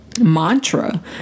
mantra